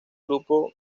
grupo